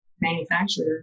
manufacturer